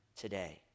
today